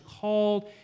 called